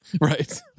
right